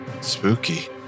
Spooky